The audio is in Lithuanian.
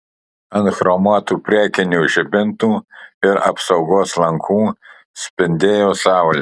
ant chromuotų priekinių žibintų ir apsaugos lankų spindėjo saulė